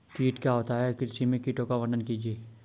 कीट क्या होता है कृषि में कीटों का वर्णन कीजिए?